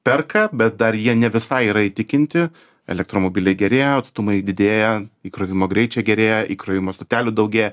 perka bet dar jie ne visai yra įtikinti elektromobiliai gerėja atstumai didėja įkrovimo greičiai gerėja įkrovimo stotelių daugėja